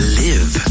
live